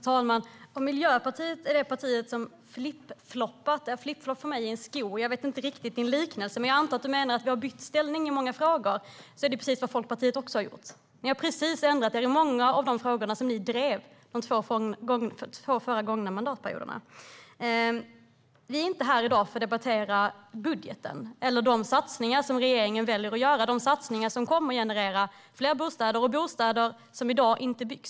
Herr talman! Miljöpartiet är tydligen det parti som har flippfloppat. Flippflopp är för mig en sko. Jag förstår inte riktigt din liknelse, men jag antar att du menar att vi har bytt ställning i många frågor. Det är precis vad Folkpartiet också har gjort. Ni har ändrat er i många av de frågor som ni drev under de två gångna mandatperioderna. Vi är inte här i dag för att debattera budgeten eller de satsningar som regeringen väljer att göra - de satsningar som kommer att generera fler bostäder och bostäder som i dag inte byggs.